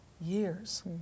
years